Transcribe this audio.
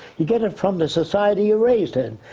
you get it from the society you're raised in.